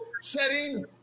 setting